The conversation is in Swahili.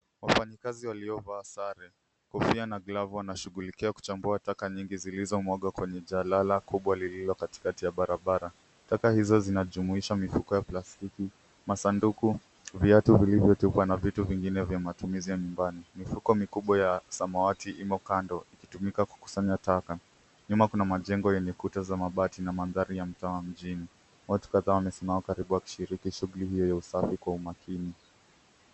Wafanyakazi waliovaa sare, kofia na glavu wanashughulikia kuchambua taka nyingi zilizomwagwa kwenye jalala kubwa lililo kati kati ya barabara. Taka hizo zinajumuisha mifuko ya plastiki, masanduku ,viatu vilivyotekwa na vitu vingine vya matumizi ya nyumbani. Mifuko mikubwa ya samawati imo kando ikitumika kukusanya taka. Nyuma kuna majengo yenye kuta za mabati na mandhari ya mtaa wa mjini .Watu kadhaa wamesimama karibu wakishiriki shughuli iyo ya usafi kwa makini.